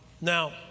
Now